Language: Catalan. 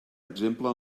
exemple